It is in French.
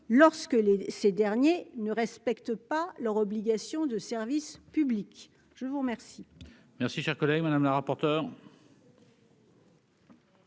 lorsque les ces derniers ne respectent pas leur obligation de service public, je vous remercie. Merci, cher collègue Madame la rapporteure.